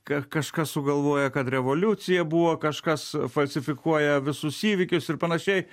kažkas sugalvoja kad revoliucija buvo kažkas falsifikuoja visus įvykius ir panašiai